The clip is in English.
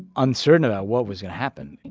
uncertain about what was going to happen.